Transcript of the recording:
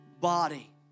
body